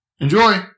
Enjoy